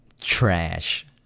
trash